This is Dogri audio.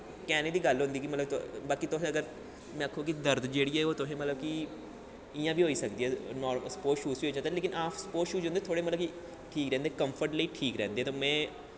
आखने दी गल्ल होंदी बाकी तुस इ'यां आक्खो कि दर्द तुसें मतलब कि इ'यां बी होई सकदी ऐ स्पोटस शूज़ बिच्च लेकिन हां स्पोटस शूज़ होंदे थोह्ड़े मतलब कि ठीक रौंह्दे कंफर्ट लेई ठीक रौंह्दे ते में